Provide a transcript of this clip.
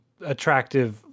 attractive